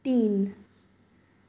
तीन